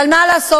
אבל מה לעשות,